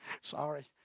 Sorry